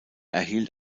erhielt